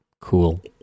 cool